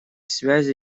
связи